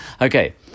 Okay